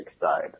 side